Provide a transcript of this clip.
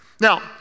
Now